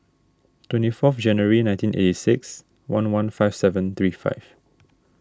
twenty fourth January nineteen eighty six one one five seven three five